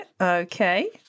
Okay